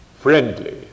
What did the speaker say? friendly